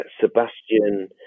Sebastian